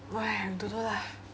!wah! I don't know lah